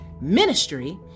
ministry